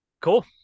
cool